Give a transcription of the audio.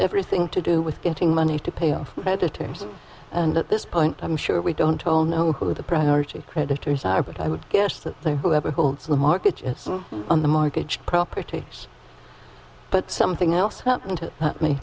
everything to do with getting money to pay off better terms and at this point i'm sure we don't all know who the priority creditors are but i would guess that the whoever holds the market on the mortgage property but something else happened to me